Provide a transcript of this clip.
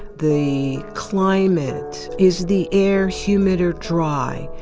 the climate. is the air humid or dry?